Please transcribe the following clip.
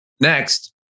Next